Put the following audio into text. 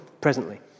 presently